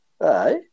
Aye